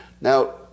Now